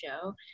show